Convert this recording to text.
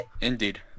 Indeed